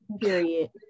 Period